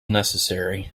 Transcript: necessary